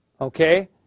okay